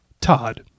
Todd